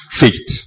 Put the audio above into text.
faith